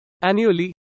Annually